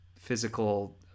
physical